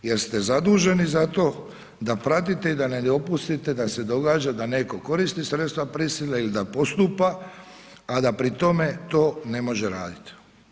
Jer ste zaduženi za to da pratite i da ne dopustite da se događa da netko koristi sredstva prisile ili da postupa, a da pri tome to ne može raditi.